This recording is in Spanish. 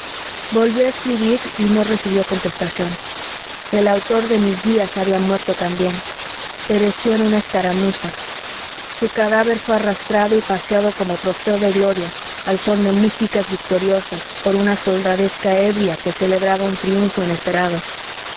volvió a escribir y no recibió contestación el autor de mis días había muerto también pereció en una escaramuza su cadáver fué arrastrado y paseado como trofeo de gloria al son de músicas victoriosas por una soldadesca ebria que celebraba un triunfo inesperado